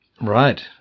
Right